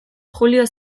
julio